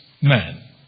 man